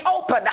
open